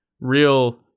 real